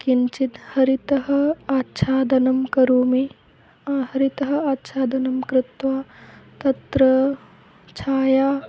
किञ्चित् हरितः आच्छादनं करोमि हरितः आच्छादनं कृत्वा तत्र छाया